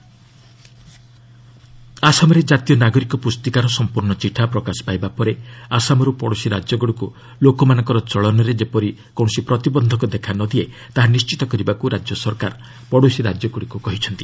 Assam DGP NRC ଆସାମରେ ଜାତୀୟ ନାଗରିକ ପୁସ୍ତିକାର ସଂପୂର୍ଣ୍ଣ ଚିଠା ପ୍ରକାଶ ପାଇବା ପରେ ଆସାମରୁ ପଡ଼ୋଶୀ ରାଜ୍ୟଗୁଡ଼ିକୁ ଲୋକମାନଙ୍କର ଚଳନରେ ଯେପରି କୌଣସି ପ୍ରତିବନ୍ଧକ ଦେଖା ନଦିଏ ତାହା ନିଶ୍ଚିତ କରିବାକୁ ରାଜ୍ୟ ସରକାର ପଡ଼ୋଶୀ ରାଜ୍ୟଗୁଡ଼ିକୁ କହିଛନ୍ତି